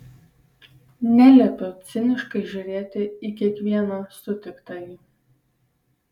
neliepiu ciniškai žiūrėti į kiekvieną sutiktąjį